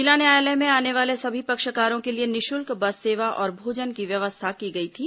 जिला न्यायालय में आने वाले सभी पक्षकारों के लिए निःषुल्क बस सेवा और भोजन की व्यवस्था की गई थी